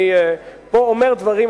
אני פה אומר דברים,